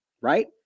Right